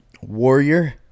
warrior